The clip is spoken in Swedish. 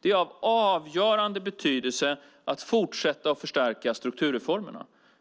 Det är därför av avgörande betydelse att fortsätta förstärka strukturreformerna.